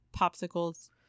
popsicles